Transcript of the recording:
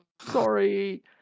sorry